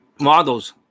models